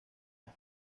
las